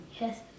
Yes